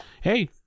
Hey